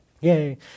Yay